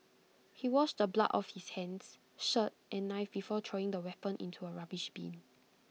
he washed the blood off his hands shirt and knife before throwing the weapon into A rubbish bin